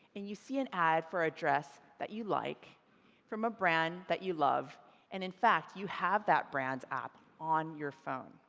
and you see an ad for a dress that you like from a brand that you love and in fact you have that brand's app on your phone